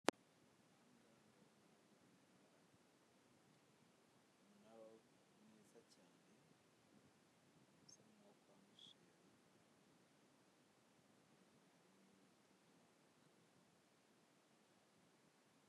Umunara mwiza cyane, usa nk'uwo kwa Mushubi.